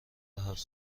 هفت